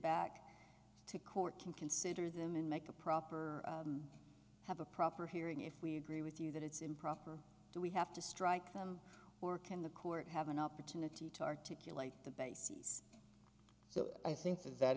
back to court can consider them and make a proper have a proper hearing if we agree with you that it's improper do we have to strike them or can the court have an opportunity to articulate the bases so i think that